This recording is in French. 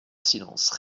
silence